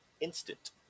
Instant